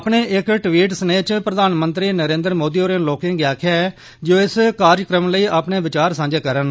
अपने इक ट्वीट स्नेह इच प्रधानमंत्री नरेंद्र मोदी होरें लोकें गी आक्खेआ ऐ जे ओ इस कार्यक्रम लेई अपने विचार सांझा करन